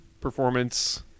performance